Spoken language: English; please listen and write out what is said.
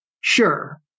sure